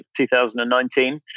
2019